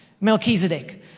Melchizedek